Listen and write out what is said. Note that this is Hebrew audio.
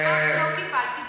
על כך לא קיבלתי תשובה.